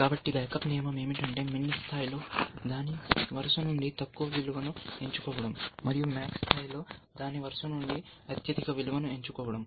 కాబట్టి బ్యాకప్ నియమం ఏమిటంటే MIN స్థాయిలో దాని వరుస నుండి తక్కువ విలువను ఎంచుకోవడం మరియు MAX స్థాయిలో దాని వరుస నుండి అత్యధిక విలువను ఎంచుకోవడం